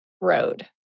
road